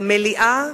במליאה,